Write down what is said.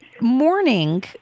morning